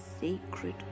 sacred